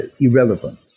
irrelevant